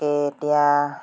এতিয়া